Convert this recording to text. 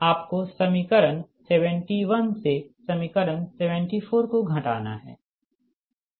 आपको समीकरण 71 से समीकरण 74 को घटाना है